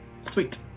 Sweet